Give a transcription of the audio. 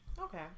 Okay